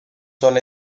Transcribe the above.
son